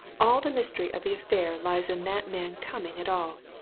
all the mystery of the affair lies in that man's coming at all!